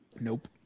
Nope